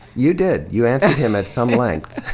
you did. you answered him at some length.